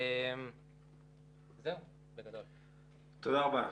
תודה רבה.